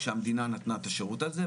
כשהמדינה נתנה את השירות הזה,